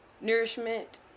nourishment